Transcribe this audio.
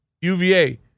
UVA